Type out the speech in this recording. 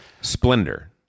Splendor